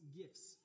gifts